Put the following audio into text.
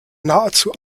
nahezu